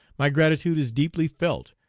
my gratitude is deeply felt,